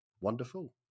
wonderful